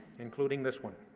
including this one.